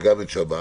וגם את שב"ס.